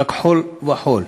רק חול וחול.